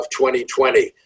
2020